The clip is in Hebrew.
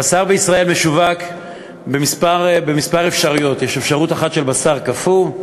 הבשר בישראל משווק בכמה אפשרויות: יש אפשרות אחת של בשר קפוא,